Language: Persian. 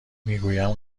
میگویم